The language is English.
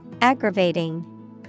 Aggravating